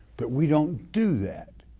but we don't do that.